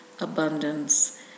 abundance